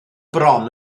bron